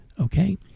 Okay